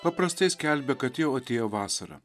paprastai skelbia kad jau atėjo vasara